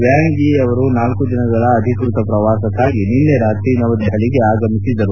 Wang Yi ಅವರು ನಾಲ್ಕು ದಿನಗಳ ಅಧಿಕೃತ ಪ್ರವಾಸಕ್ಕಾಗಿ ನಿನ್ನೆ ರಾತ್ರಿ ನವದೆಪಲಿಗೆ ಆಗಮಿಸಿದ್ದರು